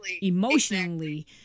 emotionally